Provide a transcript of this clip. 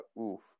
oof